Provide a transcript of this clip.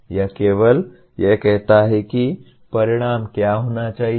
यह केवल यह कहता है कि परिणाम क्या होना चाहिए